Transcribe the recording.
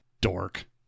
Dork